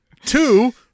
two